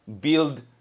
build